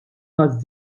taż